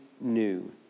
new